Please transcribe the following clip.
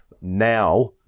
now